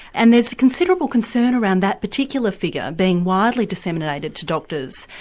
and there's considerable concern around that particular figure, being widely disseminated to doctors,